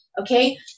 Okay